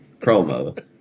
promo